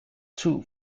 two